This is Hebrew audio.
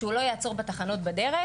שלא תעצור בתחנות בדרך,